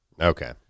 okay